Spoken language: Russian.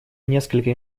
несколько